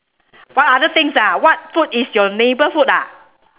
what other things ah what food is your neighbour food ah